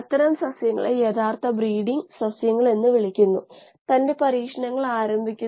ഇത് വേഗത ഗ്രേഡിയന്റുകൾക്ക് കാരണമാകുന്നു